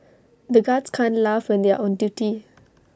the guards can't laugh when they are on duty